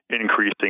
increasing